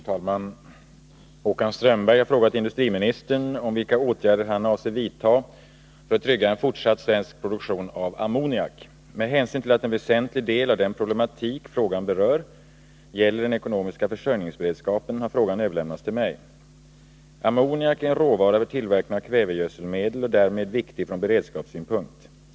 Herr talman! Håkan Strömberg har frågat industriministern vilka åtgärder han avser vidta för att trygga en fortsatt svensk produktion av ammoniak. Med hänsyn till att en väsentlig del av den problematik frågan berör gäller att trygga svensk produktion av ammoniak den ekonomiska försörjningsberedskapen, har frågan överlämnats till mig. Ammoniak är en råvara för tillverkning av kvävegödselmedel och därmed viktig från beredskapssynpunkt.